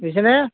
বুজিছে নে